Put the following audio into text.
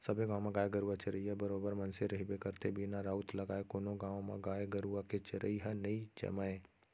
सबे गाँव म गाय गरुवा चरइया बरोबर मनसे रहिबे करथे बिना राउत लगाय कोनो गाँव म गाय गरुवा के चरई ह नई जमय